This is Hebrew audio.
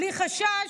בלי חשש,